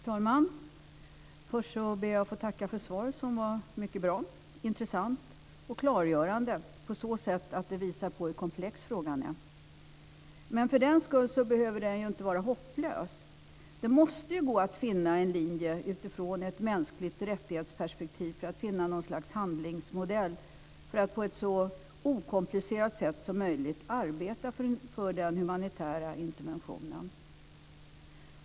Fru talman! Först ber jag att få tacka för svaret som var mycket bra. Det var intressant och klargörande på så sätt att det visar hur komplex frågan är. Men för den skull behöver den ju inte vara hopplös. Det måste gå att finna en linje utifrån perspektivet mänskliga rättigheter för att finna något slags handlingsmodell för att på ett så okomplicerat sätt som möjligt arbeta för den humanitära interventionen.